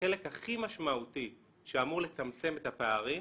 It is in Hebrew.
החלק הכי משמעותי שאמור לצמצם את הפערים,